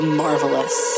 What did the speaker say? marvelous